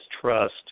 trust